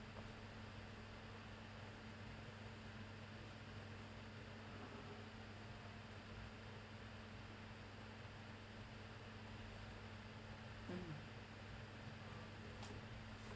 mm